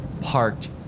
Parked